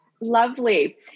Lovely